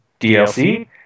DLC